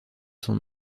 son